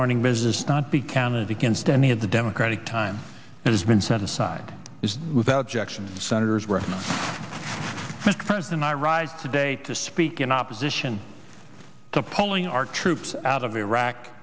morning business not be counted against any of the democratic time that has been set aside is without jackson senators were and i ride today to speak in opposition to pulling our troops out of iraq